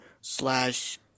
slash